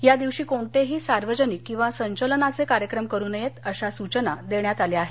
या दिवशी कोणतेही सार्वजनिक किंवा संचलनाचे कार्यक्रम करू नयेत अश्या सुचना देण्यात आल्या आहेत